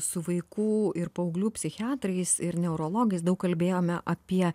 su vaikų ir paauglių psichiatrais ir neurologais daug kalbėjome apie